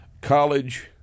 College